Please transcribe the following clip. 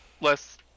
less